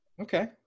Okay